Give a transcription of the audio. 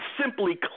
simply